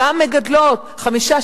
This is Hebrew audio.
גם מגדלות חמישה,